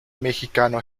mexicano